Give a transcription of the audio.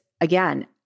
again